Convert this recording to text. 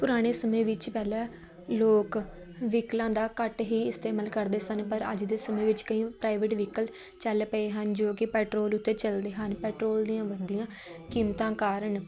ਪੁਰਾਣੇ ਸਮੇਂ ਵਿੱਚ ਪਹਿਲਾਂ ਲੋਕ ਵਹੀਕਲਾਂ ਦਾ ਘੱਟ ਹੀ ਇਸਤੇਮਾਲ ਕਰਦੇ ਸਨ ਪਰ ਅੱਜ ਦੇ ਸਮੇਂ ਵਿੱਚ ਕਈ ਪ੍ਰਾਈਵੇਟ ਵਹੀਕਲ ਚੱਲ ਪਏ ਹਨ ਜੋ ਕਿ ਪੈਟਰੋਲ ਉੱਤੇ ਚੱਲਦੇ ਹਨ ਪੈਟਰੋਲ ਦੀਆਂ ਵੱਧਦੀਆਂ ਕੀਮਤਾਂ ਕਾਰਨ